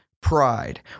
pride